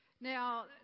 Now